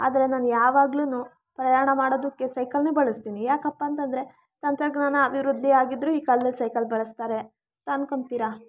ಆದರೆ ನಾನು ಯಾವಾಗ್ಲುನು ಪ್ರಯಾಣ ಮಾಡೋದಕ್ಕೆ ಸೈಕಲ್ನೆ ಬಳಸ್ತೀನಿ ಯಾಕಪ್ಪ ಅಂತಂದರೆ ತಂತ್ರಜ್ಞಾನ ಅಭಿವೃದ್ಧಿ ಆಗಿದ್ರೂ ಈ ಕಾಲ್ದಲ್ಲಿ ಸೈಕಲ್ ಬಳಸ್ತಾರೆ ಅಂತ ಅನ್ಕೊತೀರ